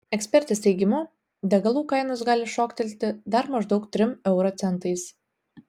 ekspertės teigimu degalų kainos gali šoktelti dar maždaug trim euro centais